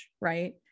right